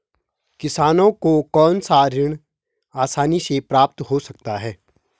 किसानों को कौनसा ऋण आसानी से प्राप्त हो सकता है?